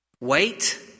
Wait